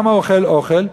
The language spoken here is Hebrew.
למה הוא אוכל אוכל?